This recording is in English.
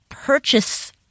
Purchase